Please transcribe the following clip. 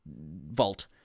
vault